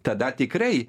tada tikrai